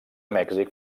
mèxic